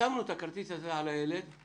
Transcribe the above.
--- שמנו את הכרטיס הזה על הילד על